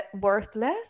worthless